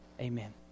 Amen